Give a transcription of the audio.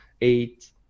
eight